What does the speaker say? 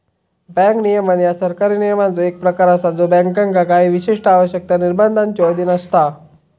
bank नियमन ह्या सरकारी नियमांचो एक प्रकार असा ज्यो बँकांका काही विशिष्ट आवश्यकता, निर्बंधांच्यो अधीन असता